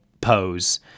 Pose